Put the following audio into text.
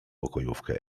pokojówkę